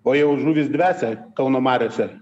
o jau žuvys dvesia kauno mariose